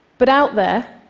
but out there,